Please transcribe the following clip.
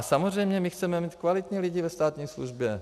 Samozřejmě my chceme mít kvalitní lidi ve státní službě.